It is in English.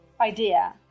idea